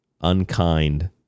unkind